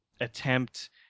attempt